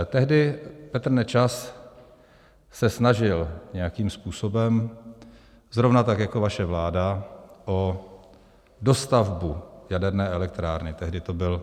Tehdy se Petr Nečas snažil nějakým způsobem, zrovna tak jako vaše vláda, o dostavbu jaderné elektrárny, tehdy to byl Temelín.